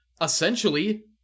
Essentially